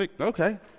Okay